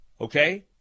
Okay